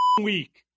week